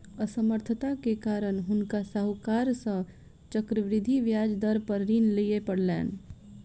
असमर्थता के कारण हुनका साहूकार सॅ चक्रवृद्धि ब्याज दर पर ऋण लिअ पड़लैन